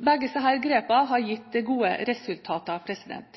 Begge disse grepene har gitt gode resultater.